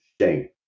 shame